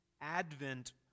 Advent